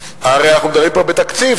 הרי אנחנו מדברים כאן על תקציב.